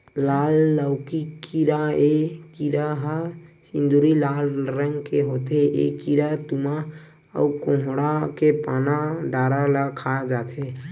लाल लौकी कीरा ए कीरा ह सिंदूरी लाल रंग के होथे ए कीरा तुमा अउ कोड़हा के पाना डारा ल खा जथे